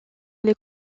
les